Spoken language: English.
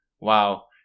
wow